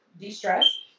de-stress